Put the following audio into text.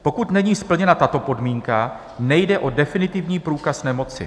Pokud není splněna tato podmínka, nejde o definitivní průkaz nemoci.